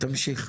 תמשיך.